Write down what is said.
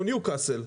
כמו ניוקסל,